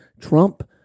Trump